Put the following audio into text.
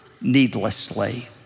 needlessly